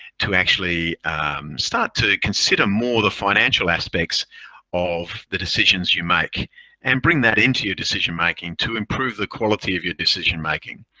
to actually start to consider more the financial aspects of the decisions you make and bring that into your decision-making to improve the quality of your decision-making.